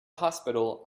hospital